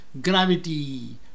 gravity